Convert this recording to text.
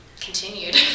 continued